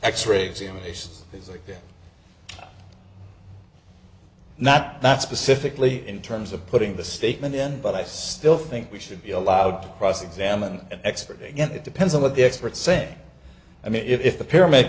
x ray examinations things like that not that specifically in terms of putting the statement in but i still think we should be allowed cross examined an expert again it depends on what the experts say i mean if a param